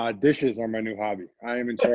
ah dishes are my new hobby. i am in charge